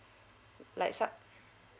like some